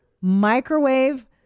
Microwave